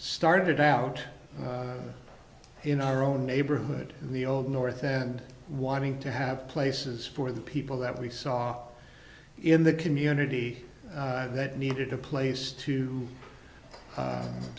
started out in our own neighborhood in the old north and wanting to have places for the people that we saw in the community that needed a place to